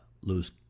Lose